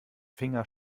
finger